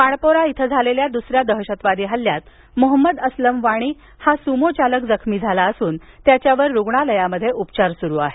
वाणपोरा इथं झालेल्या दुसऱ्या दहशतवादी हल्ल्यात मोहम्मद अस्लाम वाणी हा सुमोचालक जखमी झाला असून त्याच्यावर रुग्णालयात उपचार सुरु आहेत